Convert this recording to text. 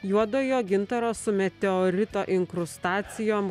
juodojo gintaro su meteorito inkrustacijom